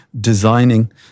designing